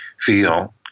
feel